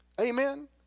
Amen